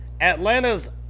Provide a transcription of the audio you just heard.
Atlanta's